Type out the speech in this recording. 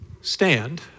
stand